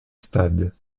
stade